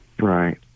Right